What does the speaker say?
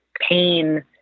pain